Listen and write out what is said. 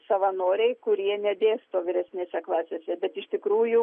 savanoriai kurie nedėsto vyresnėse klasėse bet iš tikrųjų